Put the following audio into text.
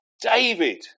David